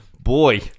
Boy